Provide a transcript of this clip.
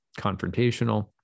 confrontational